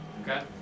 Okay